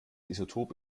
isotop